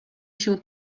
się